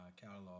catalog